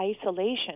isolation